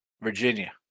Virginia